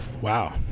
Wow